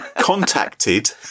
contacted